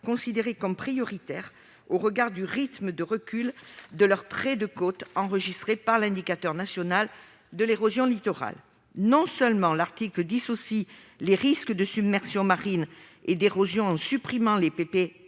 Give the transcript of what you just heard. considérées comme prioritaires au regard du rythme de recul de leur trait de côte enregistré par l'indicateur national de l'érosion littorale. Non seulement ces articles dissocient le risque de submersion marine et celui d'érosion, en supprimant les plans